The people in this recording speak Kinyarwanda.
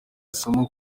isomo